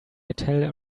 tell